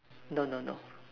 no no no